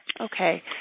Okay